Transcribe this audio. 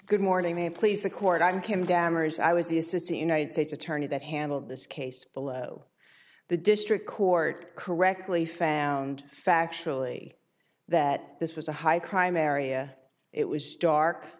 good morning may please the court i'm kim dam ors i was the assistant united states attorney that handled this case below the district court correctly found factually that this was a high crime area it was dark